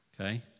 okay